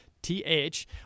T-H